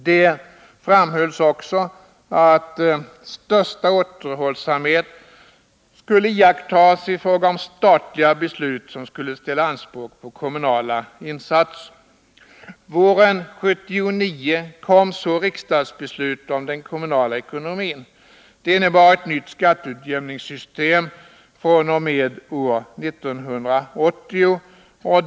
Det framhölls också att största återhållsamhet skulle iakttas i fråga om statliga beslut som skulle ställa anspråk på kommunala insatser. Våren 1979 kom så riksdagsbeslutet om den kommunala ekonomin. Det innebar ett nytt skatteutjämningssystem fr.o.m. år 1980.